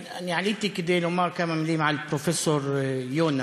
עליתי כדי לומר כמה מילים על פרופסור יונה,